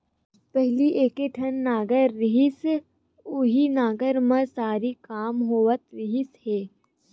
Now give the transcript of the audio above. पहिली एके ठन नांगर रहय उहीं नांगर म सरी काम होवत रिहिस हे